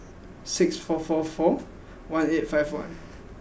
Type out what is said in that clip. six four four four one eight five one